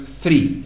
three